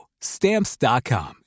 Stamps.com